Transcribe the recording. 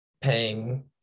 paying